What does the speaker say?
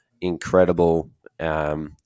incredible –